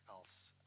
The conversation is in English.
else